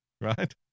Right